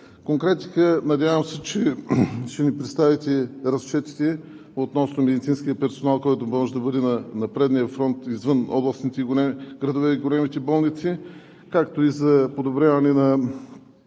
конкретика – надявам се, че ще ни представите разчетите относно медицинския персонал, който може да бъде на предния фронт извън областните градове и големите болници, както и за подобряване на